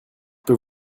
peux